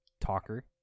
talker